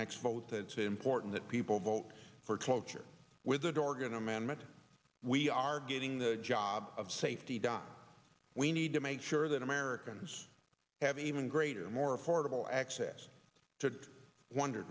it's important that people vote for cloture with the dorgan amendment we are getting the job of safety done we need to make sure that americans have even greater more affordable access to wonder